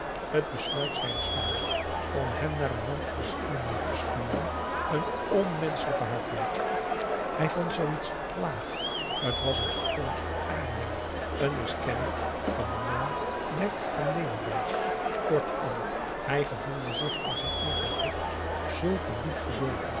het besluit zijns vaders om hem naar een land als indië te sturen een onmenschelijke hardheid hij vond zoo iets laag t was een ontaarding een miskenning van den naam der van leeuwendaals kortom hij gep a daum de van der lindens c s onder ps maurits voelde zich aan zijn eer verplicht zulke diep verdorven